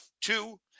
two